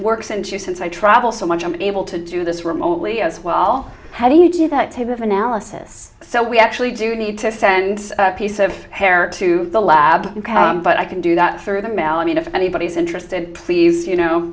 just since i travel so much i'm able to do this remotely as well how do you do that type of analysis so we actually do need to send a piece of hair to the lab but i can do that through the mail i mean if anybody's interested please you know